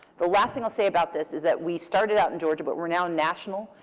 the last thing i'll say about this is that we started out in georgia, but we're now national.